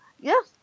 Yes